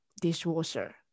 dishwasher